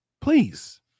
Please